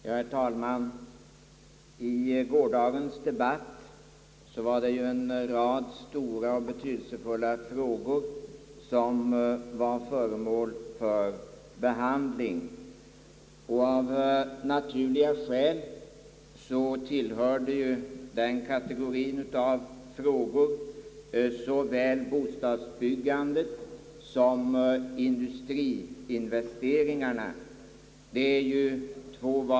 Herr talman! I gårdagens debatt var en rad stora och betydelsefulla frågor föremål för behandling. Av naturliga skäl tillhör såväl bostadsbyggandet som industriinvesteringarna den kategorien av frågor.